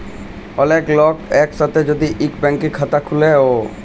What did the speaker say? ওলেক লক এক সাথে যদি ইক ব্যাংকের খাতা খুলে ও